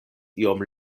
iom